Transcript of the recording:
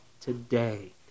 today